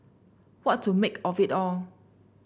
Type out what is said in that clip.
what to make of it all